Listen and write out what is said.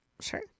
Sure